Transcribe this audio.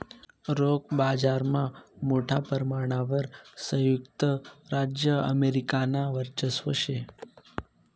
रोखे बाजारमा मोठा परमाणवर संयुक्त राज्य अमेरिकानं वर्चस्व शे